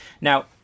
Now